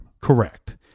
Correct